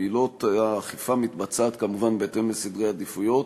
פעילות האכיפה מתבצעת כמובן בהתאם לסדרי עדיפויות,